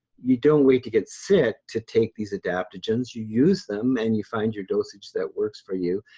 you don't wait to get sick to take these adaptogens. you use them and you find your dosage that works for you.